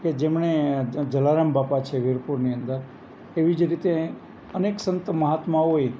કે જેમણે જલારામ બાપા છે વીરપુરની અંદર એવી જ રીતે અનેક સંત મહાત્માઓએ